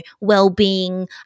well-being